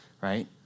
right